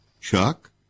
Chuck